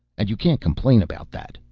and you can't complain about that,